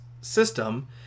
system